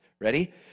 ready